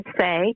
say